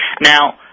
Now